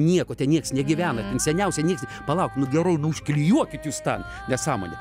nieko ten nieks negyvena seniausiai nieks palauk nu gerai nu užklijuokit jūs tą nesąmonę